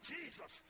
Jesus